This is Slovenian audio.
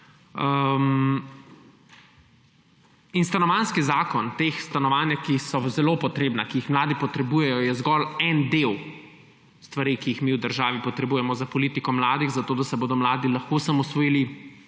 V Stanovanjskem zakonu so stanovanja, ki so zelo potrebna, ki jih mladi potrebujejo, zgolj en del stvari, ki jih mi v državi potrebujemo za politiko mladih, zato da se bodo mladi lahko osamosvojili,